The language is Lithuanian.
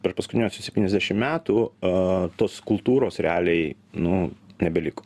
per paskutiniuosius septyniasdešim metų a tos kultūros realiai nu nebeliko